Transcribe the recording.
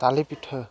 ᱛᱟᱞᱮ ᱯᱤᱴᱷᱟᱹ